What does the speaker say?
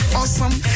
awesome